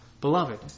Beloved